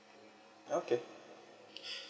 okay